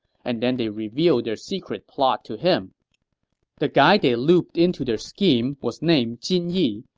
and then they reveal their secret plot to him the guy they looped into their scheme was named jin yi,